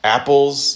Apples